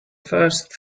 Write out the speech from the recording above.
first